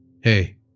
Hey